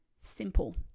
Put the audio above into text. simple